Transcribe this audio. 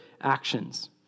actions